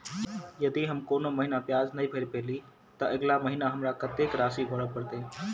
यदि हम कोनो महीना ब्याज नहि भर पेलीअइ, तऽ अगिला महीना हमरा कत्तेक राशि भर पड़तय?